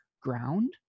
ground